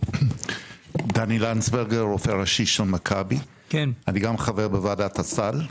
אני גם חבר בוועדת הסל.